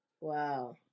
Wow